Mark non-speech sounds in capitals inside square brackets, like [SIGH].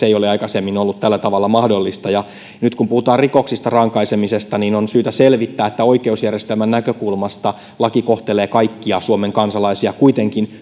[UNINTELLIGIBLE] ei ole aikaisemmin ollut tällä tavalla mahdollista ja nyt kun puhutaan rikoksista rankaisemisesta niin on syytä selvittää että oikeusjärjestelmän näkökulmasta laki kohtelee kaikkia suomen kansalaisia kuitenkin [UNINTELLIGIBLE]